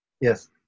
Yes